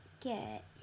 get